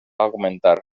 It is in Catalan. augmentar